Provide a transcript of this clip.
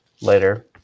Later